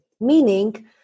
Meaning